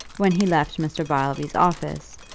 when he left mr. beilby's office,